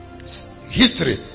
history